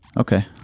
Okay